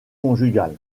conjugal